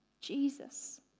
Jesus